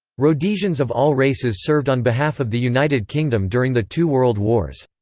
rhodesians of all races served on behalf of the united kingdom during the two world wars.